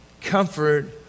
comfort